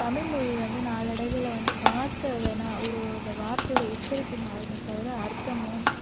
தமிழ்மொழி வந்து நாளைடைவில வந்து வார்த்தை வேணால் ஒரு ஒரு வார்த்தையோட உச்சரிப்பு மாறுமே தவிர அர்த்தமோ